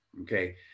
Okay